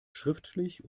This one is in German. schriftlich